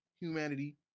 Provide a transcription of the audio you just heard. humanity